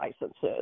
licenses